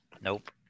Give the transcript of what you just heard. Nope